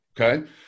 okay